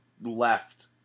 left